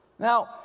Now